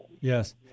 Yes